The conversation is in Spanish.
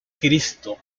cristo